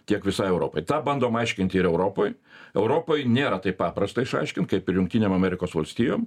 tiek visai europai tą bandom aiškinti ir europoj europai nėra taip paprasta išaiškint kaip ir jungtinėm amerikos valstijom